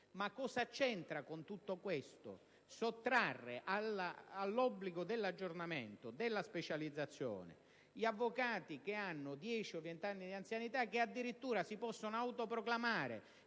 Ma cosa c'entra, con tutto questo, sottrarre dall'obbligo dell'aggiornamento e della specializzazione gli avvocati che hanno dieci o vent'anni di anzianità i quali, addirittura, possono autoproclamarsi,